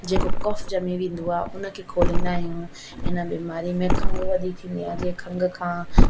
जेको कफ ॼमी वेंदो आहे उन खे खोलींदा आहियूं हिन बीमारी में खंघु वधीक थींदी आहे जीअं खंघ खां